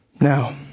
Now